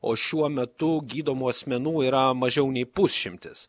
o šiuo metu gydomų asmenų yra mažiau nei pusšimtis